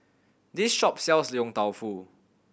this shop sells Yong Tau Foo